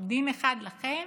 דין אחד לכם,